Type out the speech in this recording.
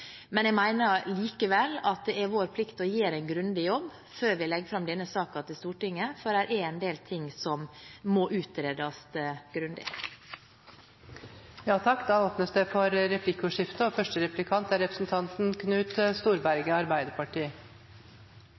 Men jeg mener likevel at det er vår plikt å gjøre en grundig jobb før vi legger fram denne saken for Stortinget, for det er en del ting her som må utredes